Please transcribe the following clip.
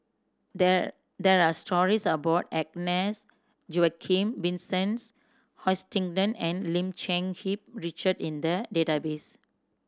there there are stories about Agnes Joaquim Vincent Hoisington and Lim Cherng Hip Richard in the database